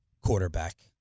quarterback